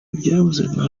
ibyavuzwe